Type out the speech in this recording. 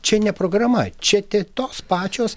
čia ne programa čia ti tos pačios